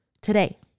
today